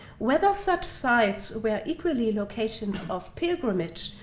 whether such sites were equally locations of pilgrimage,